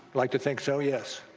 like to think so, yes.